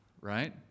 right